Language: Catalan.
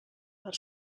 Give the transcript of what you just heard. per